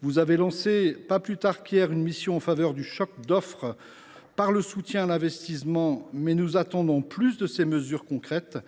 Vous avez lancé, pas plus tard qu’hier, une mission en faveur du choc d’offre par le soutien à l’investissement, mais nous attendons plus de mesures concrètes.